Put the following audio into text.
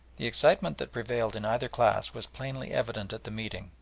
the excitement that prevailed in either class was plainly evident at the meeting,